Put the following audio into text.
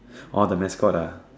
oh the mascot ah